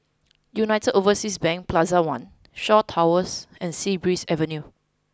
United Overseas Bank Plaza One Shaw Towers and Sea Breeze Avenue